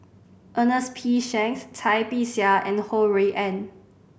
Ernest P Shanks Cai Bixia and Ho Rui An